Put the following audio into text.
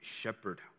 shepherd